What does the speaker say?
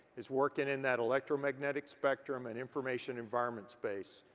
is working in that electromagnetic spectrum and information environment space.